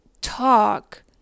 talk